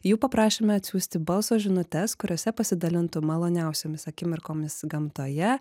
jų paprašėme atsiųsti balso žinutes kuriose pasidalintų maloniausiomis akimirkomis gamtoje